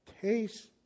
taste